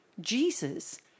Jesus